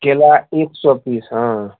केला एक सओ पीस हँ